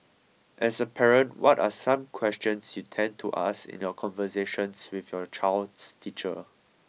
as a parent what are some questions you tend to ask in your conversations with your child's teacher